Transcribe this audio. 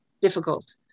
difficult